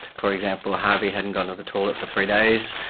for example, harvey hadn't gone to the toilet for three days,